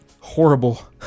horrible